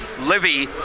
Livy